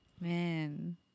man